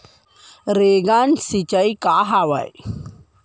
Rain gun सिंचाई का हवय?